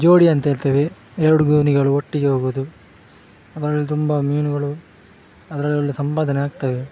ಜೋಡಿ ಅಂಥೇಳ್ತೇವೆ ಎರರಡು ದೋಣಿಗಳು ಒಟ್ಟಿಗೆ ಹೋಗೋದು ಅದರಲ್ಲಿ ತುಂಬ ಮೀನುಗಳು ಅದರಲ್ಲೊಳ್ಳೆ ಸಂಪಾದನೆ ಆಗ್ತವೆ